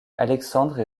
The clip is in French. alexandre